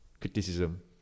criticism